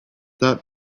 that